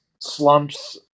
slumps